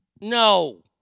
No